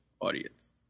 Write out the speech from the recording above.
audience